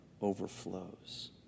overflows